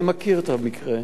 אני מכיר את המקרה,